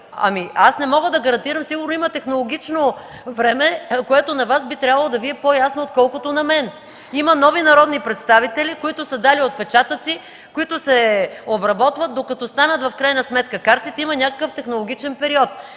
и аз не мога да гарантирам. Сигурно има технологично време, което на Вас би трябвало да Ви е по-ясно, отколкото на мен. Има нови народни представители, които са дали отпечатъци, които се обработват, докато станат в крайна сметка картите. Има някакъв технологичен период.